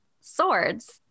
swords